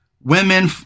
Women